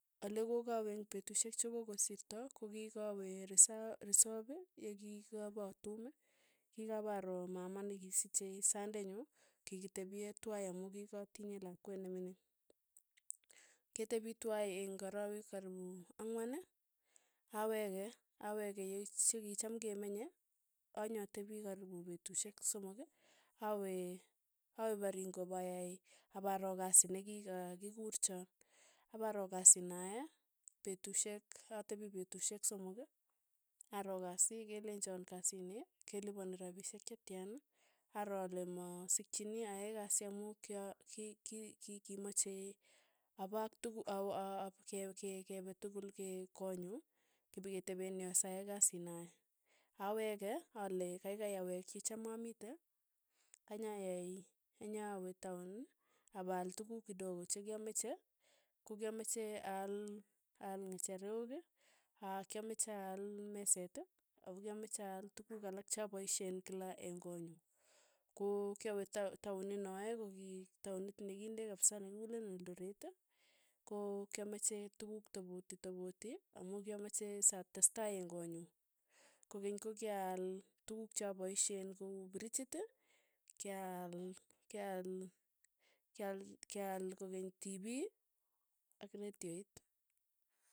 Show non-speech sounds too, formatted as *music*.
Ole kokawe eng' petushek chekokosirto, kokikawe risap risop yekikapatuum, kikaparoo mama nekisichei sandenyu, kikitepye twai amu kikatinye lakwet ne mining, ketepi twai eng' arawek karipu ang'wan, aweke aweke yekicham kemenye, anyatepi karipu putushek somok, awe- awe paringo payai aparo kasi nekikakikurchon, aparo kasi nae petushek atepi petushek somok, aro kasii kelechon kasii ni kelipani rapishek chetyan, aro ale masikchini ayai kasii amu kya ki- ki- kimachei apaa ak tuk *unintelligible* ke- ke- kepe tukul ke konyu, kipiketepeen yoe sa yai kasi nae, aweke ale keikei aweek yecham amite, anyayai anyawe taun apaal tukuk kidogo chekyamache, ko kyamache aal aal ng'echerok, ak kyameche aal meseet, ako kyameche aal tukuk alak chapaishe kila eng' koonyu, ko kyawe ta- taaun inoee kokitaunit ne kindet kapisa ne kikureen eltoret, ko kyameche tukuk topauti topauti, amu kyameche satestai eng' konyuu, kokeny kokyaal tukuk cha paisheen ko uu prichit, kyaal kyaal kyaal kyaal kokeny tipii ak retiot.